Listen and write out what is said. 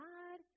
God